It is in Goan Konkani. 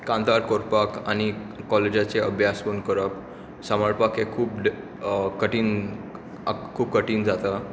कांतार करपाक आनी कॉलेजाचे अभ्यास पूण करप सांबाळपाक हें खूब ड कठीन खूब कठीन जाता